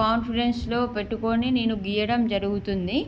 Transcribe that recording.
కాన్ఫరెన్స్లో పెట్టుకొని నేను గీయడం జరుగుతుంది